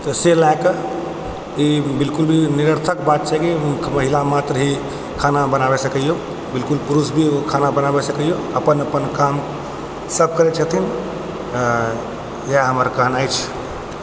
ओ से लाय कऽ ई बिलकुल भी निरर्थक बात छै कि महिला मात्र ही खाना बनाबय सकैया बिलकुल पुरुष भी खाना बनाबय सकैया अपन अपन काम सब करै छथिन इएह हमर कहनाइ अछि